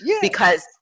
Because-